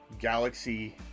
Galaxy